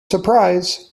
surprise